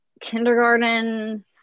kindergarten